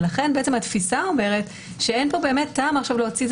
ולכן בעצם התפיסה אומרת שאין פה באמת טעם להוציא.